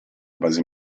base